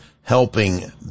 helping